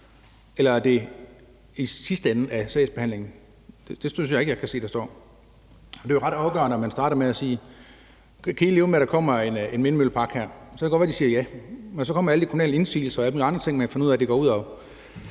eller er det i sidste ende af sagsbehandlingen? Det synes jeg ikke at jeg kan se der står. Det er jo ret afgørende, om man starter med at sige: Kan I leve med, at der kommer en vindmøllepark her? Så kan det godt være, at de siger ja, men så kommer alle de kommunale indsigelser og alle mulige andre ting, hvor man finder ud af, at det går ud